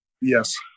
Yes